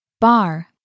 Bar